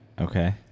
Okay